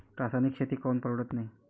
रासायनिक शेती काऊन परवडत नाई?